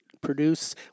produce